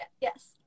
Yes